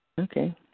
Okay